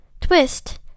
twist